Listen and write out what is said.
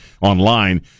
online